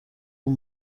اون